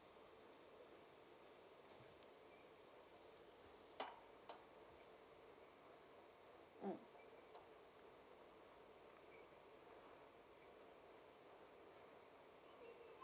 mm